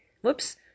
whoops